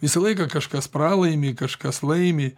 visą laiką kažkas pralaimi kažkas laimi